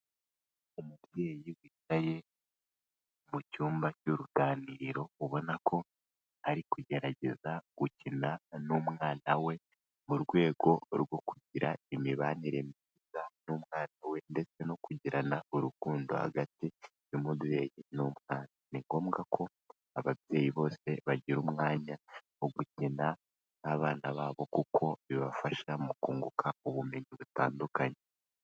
Umubyeyi wicaye mu cyumba cy'uruganiriro ubona ko ari kugerageza gukina n'umwana we mu rwego rwo kugira imibanire myiza n'umwana we ndetse no kugirana urukundo hagati y'umubyeyi n'umwana. Ni ngombwa ko ababyeyi bose bagira umwanya wo gukina n'abana babo kuko bibafasha mu kunguka ubumenyi butandukanye.